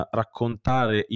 raccontare